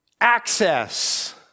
Access